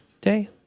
day